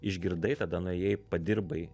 išgirdai tada nuėjai padirbai